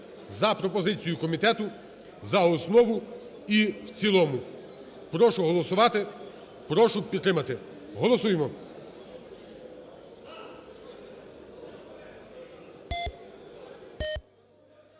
за пропозицією комітету за основу і в цілому. Прошу проголосувати, прошу підтримати. Голосуємо,